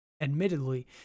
Admittedly